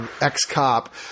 ex-cop